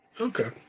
Okay